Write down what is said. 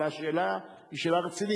אבל השאלה היא שאלה רצינית.